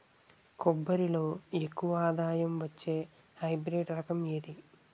కొబ్బరి లో ఎక్కువ ఆదాయం వచ్చే హైబ్రిడ్ రకం ఏది?